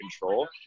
control